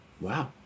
wow